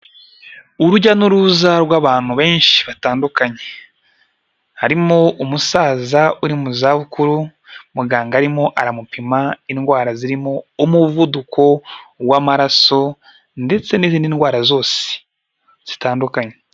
Urujya n'uruza rw'abantu benshi batandukanye harimo umusaza uri mu zabukuru, muganga arimo aramupima indwara zirimo umuvuduko w'amaraso, ndetse n'izindi ndwara zose zitandukanye.